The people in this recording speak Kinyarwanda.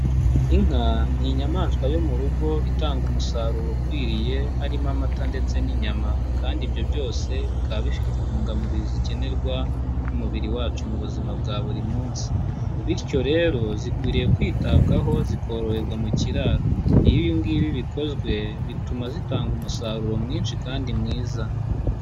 Inka ni inyamaswa yo mu rugo itanga umusaruro ukwiriye, harimo amata ndetse n'inyama, kandi ibyo byose bikaba bifite intungamubiri zikenerwa n'umubiri wacu mu buzima bwa buri munsi, bityo rero zikwiriye kwitabwaho zikororerwa mu kiraro, iyo ibi ngibi bikozwe bituma zitanga umusaruro mwinshi kandi mwiza.